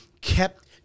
kept